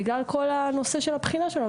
בגלל כל הנושא של הבחינה שלנו,